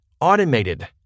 automated